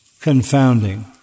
confounding